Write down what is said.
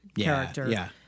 character